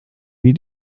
wie